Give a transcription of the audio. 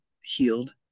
healed